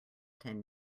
ten